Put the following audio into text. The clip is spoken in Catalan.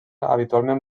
habitualment